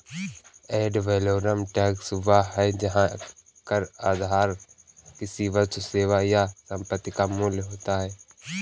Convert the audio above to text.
add valorem tax वह है जहां कर आधार किसी वस्तु, सेवा या संपत्ति का मूल्य होता है